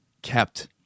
Kept